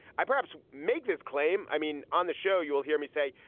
i perhaps make this claim. i mean, on the show you'll hear me say,